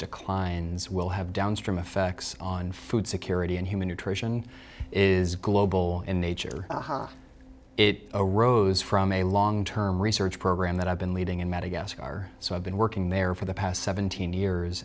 declines will have downstream effects on food security and human nutrition is global in nature it arose from a long term research program that i've been leading in madagascar so i've been working there for the past seventeen years